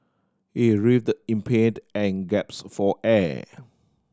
he writhed in paid and for air